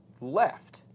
left